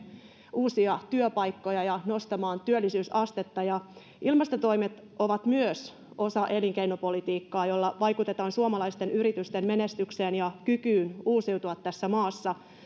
uusia työpaikkoja ja nostamaan työllisyysastetta ilmastotoimet ovat myös osa elinkeinopolitiikkaa jolla vaikutetaan suomalaisten yritysten menestykseen ja kykyyn uusiutua tässä maassa